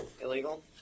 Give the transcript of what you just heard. illegal